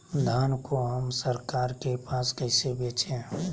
धान को हम सरकार के पास कैसे बेंचे?